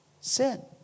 Sin